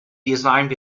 designed